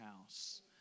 house